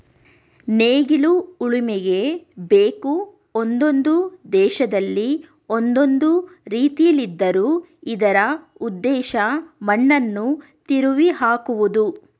ನೇಗಿಲು ಉಳುಮೆಗೆ ಬೇಕು ಒಂದೊಂದು ದೇಶದಲ್ಲಿ ಒಂದೊಂದು ರೀತಿಲಿದ್ದರೂ ಇದರ ಉದ್ದೇಶ ಮಣ್ಣನ್ನು ತಿರುವಿಹಾಕುವುದು